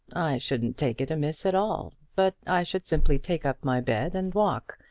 shouldn't take it amiss at all but i should simply take up my bed and walk.